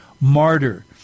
martyr